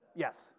Yes